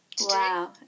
wow